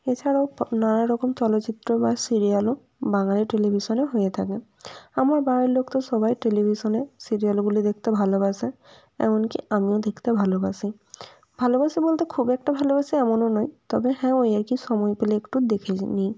এছাড়াও নানা রকম চলচিত্র বা সিরিয়ালও বাঙালি টেলিভিশানে হয়ে থাকে আমার বাড়ির লোক তো সবাই টেলিভিশনে সিরিয়ালগুলো দেখতে ভালোবাসে এমন কি আমিও দেখতে ভালোবাসি ভালোবাসি বলতে খুব একটা ভালোবাসি এমনো নয় তবে হ্যাঁ ওই আর কি সময় পেলে একটু দেখে নিই